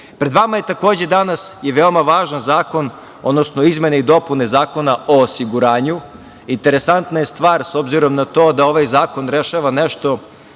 vama je, takođe, danas i veoma važan zakon, odnosno izmene i dopune Zakona o osiguranju. Interesantna je stvar, s obzirom na to da ovaj zakon rešava nešto